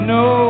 no